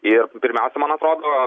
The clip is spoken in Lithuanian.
ir pirmiausia man atrodo